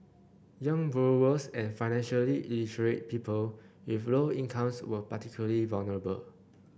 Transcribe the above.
young borrowers and financially illiterate people with low incomes were particularly vulnerable